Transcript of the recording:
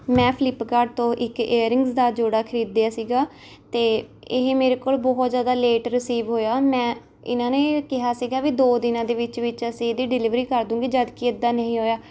ਮੈਂ ਫਲਿੱਪਕਾਡ ਤੋਂ ਇੱਕ ਏਅਰਿੰਗਸ ਦਾ ਜੋੜਾ ਖਰੀਦਿਆ ਸੀਗਾ ਅਤੇ ਇਹ ਮੇਰੇ ਕੋਲ ਬਹੁਤ ਜ਼ਿਆਦਾ ਲੇਟ ਰਸੀਵ ਹੋਇਆ ਮੈਂ ਇਨ੍ਹਾਂ ਨੇ ਕਿਹਾ ਸੀਗਾ ਵੀ ਦੋ ਦਿਨਾਂ ਦੇ ਵਿੱਚ ਵਿੱਚ ਅਸੀਂ ਇਹਦੀ ਡਿਲੀਵਰੀ ਕਰ ਦਊਂਗੇ ਜਦ ਕਿ ਇੱਦਾਂ ਨਹੀਂ ਹੋਇਆ